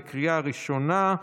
בקריאה ראשונה.